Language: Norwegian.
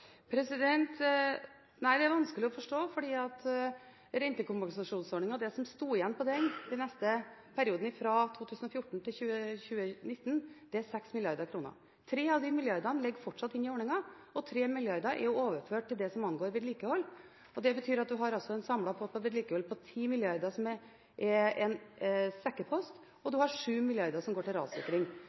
Nei, det er vanskelig å forstå. Rentekompensasjonsordningen – det som sto igjen på den i perioden fra 2014 til 2019 – er på 6 mrd. kr. 3 mrd. kr av disse ligger fortsatt inne i ordningen, og 3 mrd. kr er overført til det som går på vedlikehold. Det betyr at man har en samlet pott på vedlikehold på 10 mrd. kr, som er en sekkepost, man har 7 mrd. kr som går til rassikring,